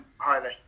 highly